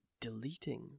deleting